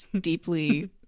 deeply